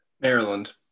Maryland